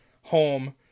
home